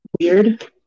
weird